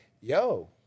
yo